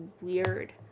weird